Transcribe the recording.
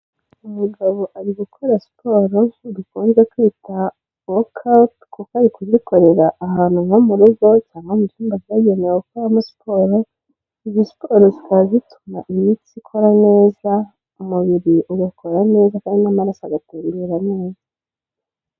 Umugabo ari gukora siporo dukunze kwita kuko okapu kuko ari kuzikorera ahantu nko mu rugo cyangwa mu cyumba cyagenewe gukoramo siporo, izi siporo zikaba zituma imitsi ikora neza, umubiri ugakora neza kandi n'amararaso agatembera neza.